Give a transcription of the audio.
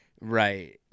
Right